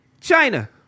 China